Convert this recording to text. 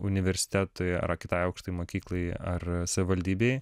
universitetui ar kitai aukštajai mokyklai ar savivaldybei